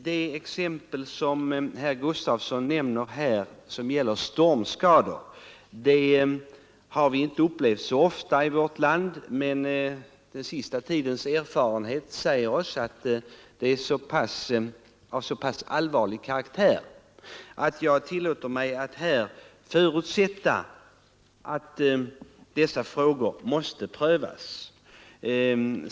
Stormskador, som herr Gustafsson talade om, har vi inte upplevt så ofta i vårt land, men den sista tidens erfarenheter visar att sådana skador kan vara av så allvarlig karaktär att jag tillåter mig att förutsätta att de frågor som herr Gustafsson tog upp kommer att prövas.